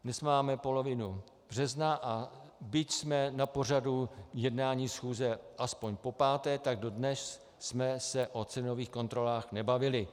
Dnes máme polovinu března, a byť jsme na pořadu jednání schůze aspoň popáté, tak dodnes jsme se o cenových kontrolách nebavili.